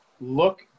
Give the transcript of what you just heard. Look